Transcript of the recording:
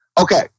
okay